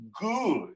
good